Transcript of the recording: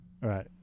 Right